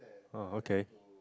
ah okay